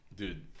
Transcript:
Dude